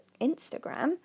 Instagram